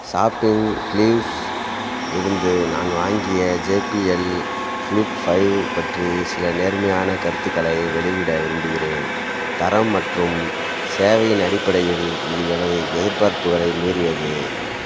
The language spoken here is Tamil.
ஷாப்பிங் க்ளிவ்ஸ் இலிருந்து நான் வாங்கிய J B L flip five பற்றி சில நேர்மறையான கருத்துக்களை வெளியிட விரும்புகிறேன் தரம் மற்றும் சேவையின் அடிப்படையில் இது எனது எதிர்பார்ப்புகளை மீறியது